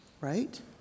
Right